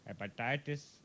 Hepatitis